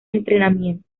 entrenamiento